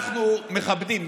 מכבדים,